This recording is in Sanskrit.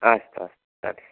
अस्तु अस्तु